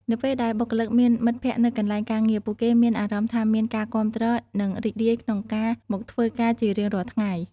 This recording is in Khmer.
នៅពេលដែលបុគ្គលិកមានមិត្តភក្តិនៅកន្លែងការងារ ពួកគេមានអារម្មណ៍ថាមានការគាំទ្រ និងរីករាយក្នុងការមកធ្វើការជារៀងរាល់ថ្ងៃ។